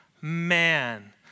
man